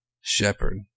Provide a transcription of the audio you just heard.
shepherd